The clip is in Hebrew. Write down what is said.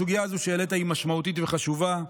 הסוגיה הזו שהעלית היא משמעותית וחשובה.